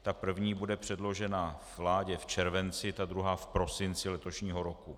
Ta první bude předložena vládě v červenci, ta druhá v prosinci letošního roku.